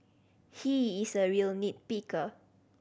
he is a real nit picker